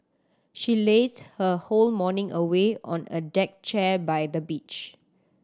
she lazed her whole morning away on a deck chair by the beach